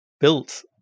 built